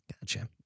Gotcha